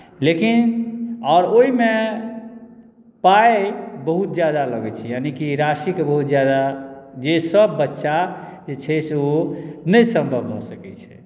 लेकिन आओर ओहिमे पाइ बहुत ज्यादा लगैत छै यानि कि राशिके बहुत ज्यादा जेसभ बच्चा जे छै से ओ नहि सम्भव भऽ सकैत छै